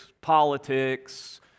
politics